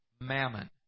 mammon